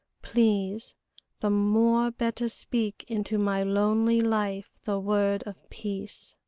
please the more better speak into my lonely life the word of peace.